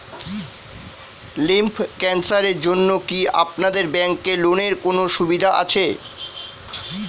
Lymph ক্যানসারের জন্য কি আপনাদের ব্যঙ্কে লোনের কোনও সুবিধা আছে?